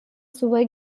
sua